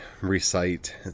recite